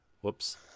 Whoops